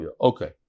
Okay